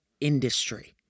industry